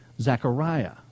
Zechariah